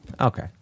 Okay